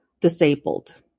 disabled